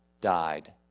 died